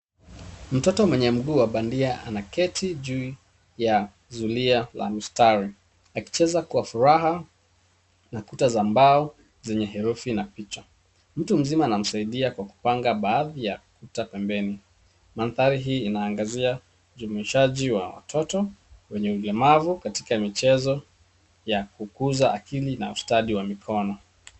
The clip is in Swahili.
Mtoto mwenye mguu wa bandia anaketi juu ya zulia la mstari, akicheza kwa furaha na kuta za mbao zenye herufi na picha. Mtu mzima anamsaidia kwa kupanga baadhi ya kuta pembeni. Mandhari hii inaangazia ujumuishaji wa watoto wenye ulemavu katika michezo ya kukuza akili na ustadi wa mikono.